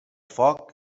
foc